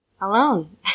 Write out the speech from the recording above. alone